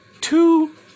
two